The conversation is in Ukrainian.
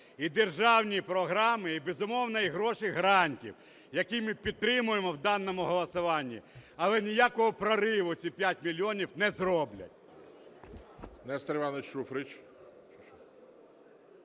і державні програми, і, безумовно, і гроші грантів, які ми підтримуємо в даному голосуванні. Але ніякого прориву ці 5 мільйонів не зроблять.